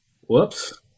Whoops